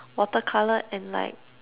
water colour and like